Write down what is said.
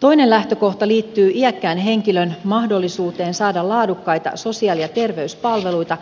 toinen lähtökohta liittyy iäkkään henkilön mahdollisuuteen saada laadukkaita sosiaali ja terveyspalveluita